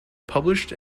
published